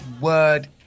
word